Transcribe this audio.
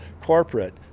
corporate